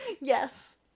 Yes